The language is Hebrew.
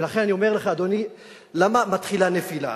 ולכן, אני אומר לך, אדוני, למה מתחילה נפילה?